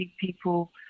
people